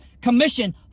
commission